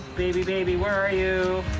baby baby, where are you?